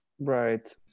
Right